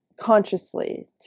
consciously